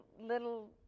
little